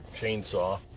chainsaw